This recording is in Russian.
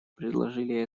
предложили